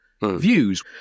views